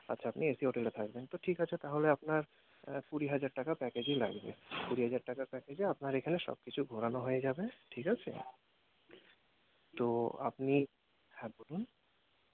আচ্ছা আপনি এসি হোটেলে থাকবেন তো ঠিক আছে তাহলে আপনার কুড়ি হাজার টাকার প্যাকেজই লাগবে কুড়ি হাজার টাকার প্যাকেজে আপনার এখানে সবকিছু ঘোরানো হয়ে যাবে ঠিক আছে তো আপনি হ্যাঁ বলুন